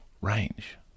range